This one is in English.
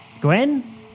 Gwen